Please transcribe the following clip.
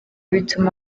bituma